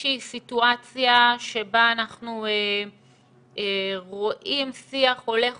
שהיא סיטואציה שבה אנחנו רואים שיח הולך